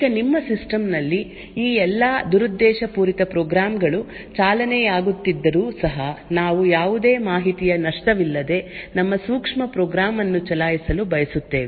ಈಗ ನಿಮ್ಮ ಸಿಸ್ಟಂ ನಲ್ಲಿ ಈ ಎಲ್ಲಾ ದುರುದ್ದೇಶಪೂರಿತ ಪ್ರೋಗ್ರಾಂ ಗಳು ಚಾಲನೆಯಾಗುತ್ತಿದ್ದರೂ ಸಹ ನಾವು ಯಾವುದೇ ಮಾಹಿತಿಯ ನಷ್ಟವಿಲ್ಲದೆ ನಮ್ಮ ಸೂಕ್ಷ್ಮ ಪ್ರೋಗ್ರಾಂ ಅನ್ನು ಚಲಾಯಿಸಲು ಬಯಸುತ್ತೇವೆ